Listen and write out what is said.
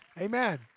Amen